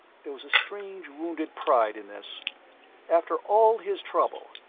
there was a strange wounded pride in this after all his trouble,